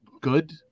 good